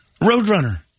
roadrunner